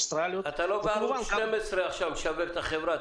אוסטרליות --- אתה לא בערוץ 12 עכשיו לשווק את החברה.